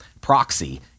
proxy